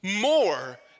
more